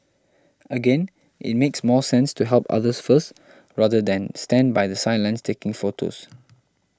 again it makes more sense to help others first rather than stand by the sidelines taking photos